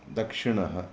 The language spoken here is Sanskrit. दक्षिणः